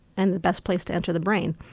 and the best place to enter the brain.